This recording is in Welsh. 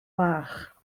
fach